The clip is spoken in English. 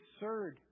absurd